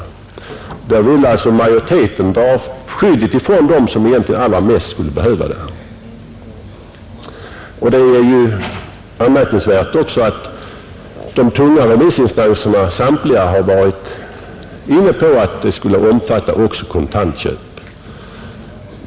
Majoriteten vill alltså ta bort skyddet för dem som egentligen allra mest skulle behöva det. Det är också anmärkningsvärt att samtliga tunga remissinstanser varit inne på att lagen skulle omfatta också kontantköp.